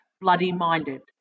bloody-minded